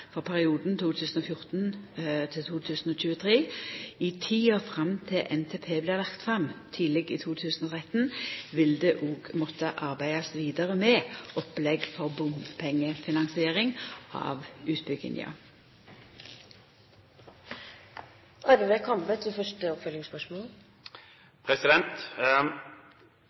for perioden 2014–2023. I tida fram til NTP blir lagd fram tidleg i 2013, vil det òg måtta arbeidast vidare med opplegg for bompengefinansiering av